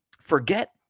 forget